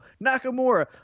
Nakamura